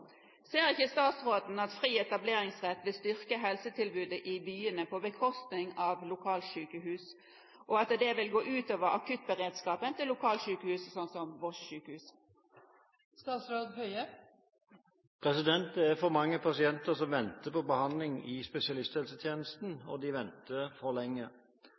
Ser ikke statsråden at fri etableringsrett vil styrke helsetilbudet i byene på bekostning av lokalsykehus, og at dette vil gå utover akuttberedskapen til lokalsykehus som Voss sjukehus?» Det er for mange pasienter som venter på behandling i spesialisthelsetjenesten, og de venter for lenge.